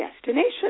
destination